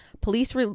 police